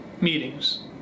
meetings